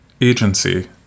agency